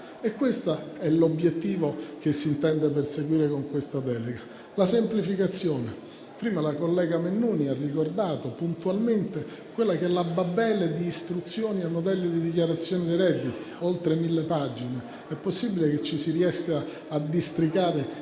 Questo è l'obiettivo che si intende perseguire con questa delega. La semplificazione. La collega Mennuni ha prima puntualmente ricordato la Babele di istruzioni al modello di dichiarazione dei redditi: oltre mille pagine. È possibile riuscire a districarsi